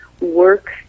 work